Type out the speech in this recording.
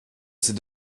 ces